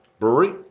Brewery